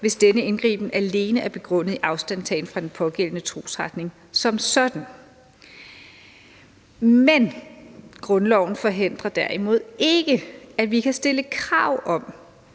hvis denne indgriben alene er begrundet i afstandtagen fra den pågældende trosretning som sådan. Men grundloven forhindrer derimod ikke, at vi kan stille krav,